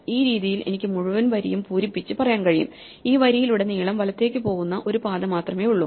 ഈ രീതിയിൽ എനിക്ക് മുഴുവൻ വരിയും പൂരിപ്പിച്ച് പറയാൻ കഴിയും ഈ വരിയിലുടനീളം വലത്തേക്ക് പോകുന്ന ഒരു പാത മാത്രമേയുള്ളൂ